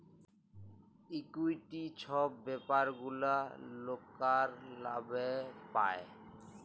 equity ছব ব্যাপার গুলা লকরা লাভে পায়